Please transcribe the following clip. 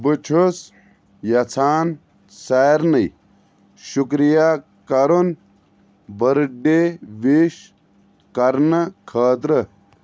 بہٕ چھُس یژھان سارنٕے شُکریا کرُن برڈ ڈے وِش کرنہٕ خٲطرٕ